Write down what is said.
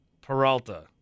Peralta